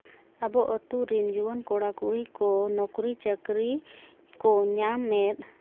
ᱟᱵᱚ ᱟᱛᱳ ᱨᱮᱱ ᱡᱩᱣᱟᱹᱱ ᱠᱚᱲᱟᱼᱠᱩᱲᱤ ᱠᱚ ᱱᱩᱠᱨᱤ ᱪᱟᱹᱠᱨᱤ ᱠᱚ ᱧᱟᱢᱮᱫ